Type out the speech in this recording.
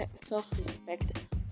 self-respect